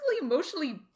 emotionally